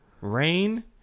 Rain